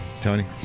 Tony